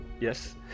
Yes